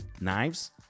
knives